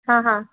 हा हा